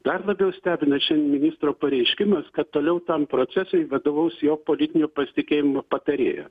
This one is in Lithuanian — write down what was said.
dar labiau stebina šiandien ministro pareiškimas kad toliau tam procesui vadovaus jo politinio pasitikėjimo patarėja